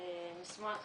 מסמך